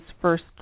first